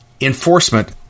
enforcement